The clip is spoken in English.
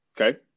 Okay